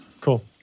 Cool